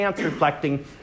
reflecting